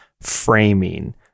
framing